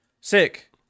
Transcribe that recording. sick